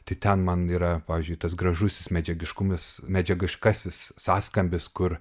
tai ten man yra pavyzdžiui tas gražusis medžiagiškumas medžiagiškasis sąskambis kur